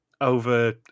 Over